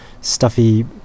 stuffy